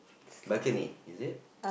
balcony is it